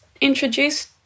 introduced